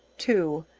two.